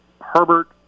Herbert